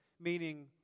meaning